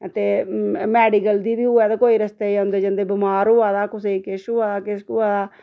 ते मेडिकल दी बी होऐ ते कोई रस्ते च आंदे जन्दे बमार होआ दा कुसै गी किश होआ दा किश होआ दा